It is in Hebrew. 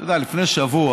אתה יודע, לפני שבוע,